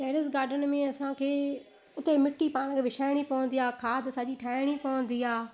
terrace garden में असांखे उते मिट्टी पाण खे विछाइणी पवंदी आहे खाद सॼी ठाहिणी पवंदी आहे